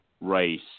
race